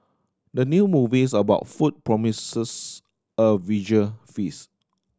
the new movies about food promises a visual feast